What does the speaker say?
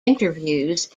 interviews